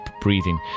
breathing